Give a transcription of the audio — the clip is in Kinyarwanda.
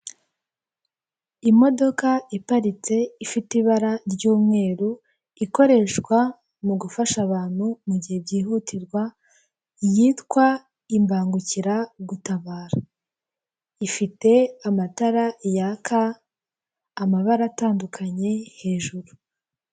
Imodoka iparitse ifite ibara ry'umweru, ikoreshwa mu gufasha abantu mu gihe byihutirwa, yitwa Imbangukiragutabara, ifite amatara yaka amabara atandukanye hejuru.